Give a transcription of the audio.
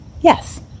Yes